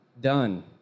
done